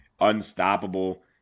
unstoppable